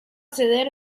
ceder